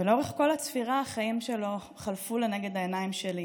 ולאורך כל הצפירה החיים שלו חלפו לנגד העיניים שלי: